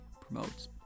promotes